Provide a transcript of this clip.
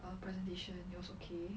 the presentation it was okay